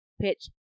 pitch